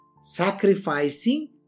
sacrificing